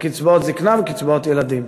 לקצבאות זיקנה ולקצבאות ילדים.